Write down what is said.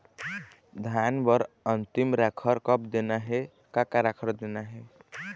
धान बर अन्तिम राखर कब देना हे, का का राखर देना हे?